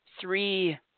three